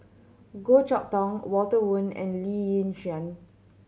Goh Chok Tong Walter Woon and Lee Yi Shyan